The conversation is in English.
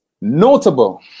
notable